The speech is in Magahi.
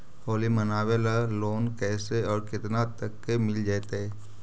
होली मनाबे ल लोन कैसे औ केतना तक के मिल जैतै?